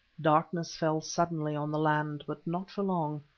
darkness fell suddenly on the land, but not for long.